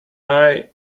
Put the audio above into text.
eye